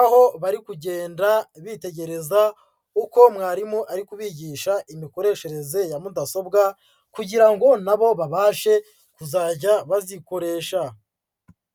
aho bari kugenda bitegereza uko mwarimu ari kubigisha imikoreshereze ya mudasobwa kugira ngo nabo babashe kuzajya bazikoresha.